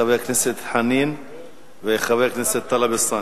חבר הכנסת חנין וחבר הכנסת טלב אלסאנע.